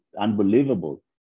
unbelievable